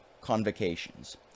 convocations